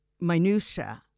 minutiae